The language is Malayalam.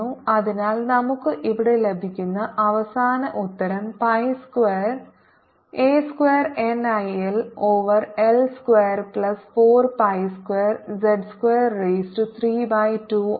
അതിനാൽ നമുക്ക് ഇവിടെ ലഭിക്കുന്ന അവസാന ഉത്തരം pi square a square N I L over L square plus 4 pi square z square raise to 3 by 2 ആണ്